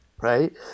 Right